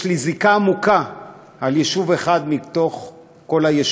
יש לי זיקה עמוקה ליישוב אחד מכל היישובים